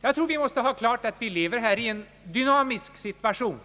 Jag tror att man måste ha klart för sig att vi här lever i en dynamisk situation.